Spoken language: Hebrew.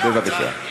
בבקשה.